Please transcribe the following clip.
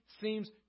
seems